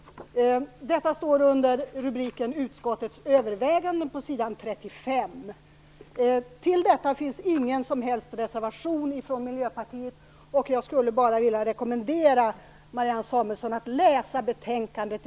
Detta står under rubriken Utskottets överväganden på sidan 35. Till detta finns ingen som helst reservation från miljöpartiet. Jag rekommenderar Marianne Samuelsson att läsa betänkandet.